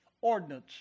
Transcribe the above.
ordinance